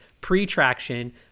pre-traction